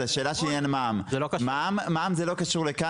מע"מ לא קשור לכאן,